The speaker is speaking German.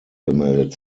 gemeldet